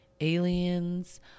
aliens